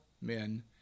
men